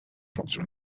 procter